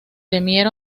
ser